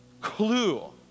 clue